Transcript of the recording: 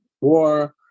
war